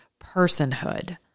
personhood